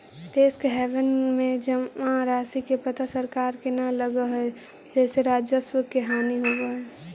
tax haven में जमा राशि के पता सरकार के न लगऽ हई जेसे राजस्व के हानि होवऽ हई